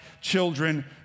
children